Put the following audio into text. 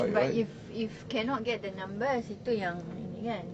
but if if if cannot get the numbers itu yang ini kan